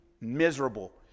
miserable